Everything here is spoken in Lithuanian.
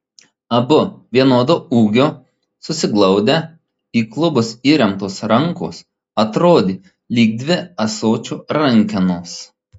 abu vienodo ūgio susiglaudę į klubus įremtos rankos atrodė lyg dvi ąsočio rankenos